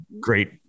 great